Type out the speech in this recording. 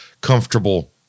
comfortable